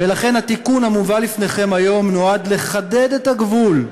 ולכן התיקון המובא לפניכם היום נועד לחדד את הגבול,